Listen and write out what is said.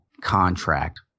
contract